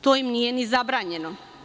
To im nije ni zabranjeno.